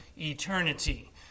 eternity